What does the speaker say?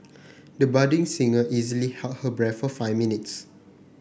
the budding singer easily held her breath for five minutes